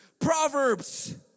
Proverbs